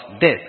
death